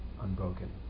unbroken